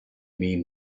mean